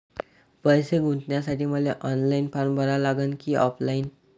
पैसे गुंतन्यासाठी मले ऑनलाईन फारम भरा लागन की ऑफलाईन?